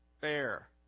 fair